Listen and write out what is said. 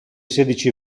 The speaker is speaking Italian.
sedici